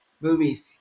movies